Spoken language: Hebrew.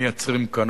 מייצרים כאן.